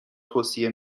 توصیه